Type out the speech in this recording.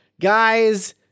guys